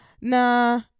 nah